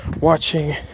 watching